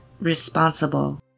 responsible